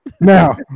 Now